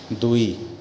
ଦୁଇ